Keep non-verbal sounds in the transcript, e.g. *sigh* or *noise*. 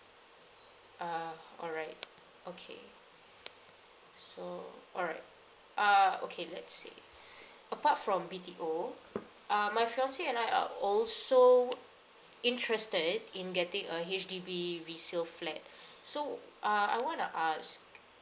uh all right okay so all right uh okay let's see *breath* apart from B_T_O uh my fiance and I are also interested in getting a H_D_B resale flat so uh I want to ask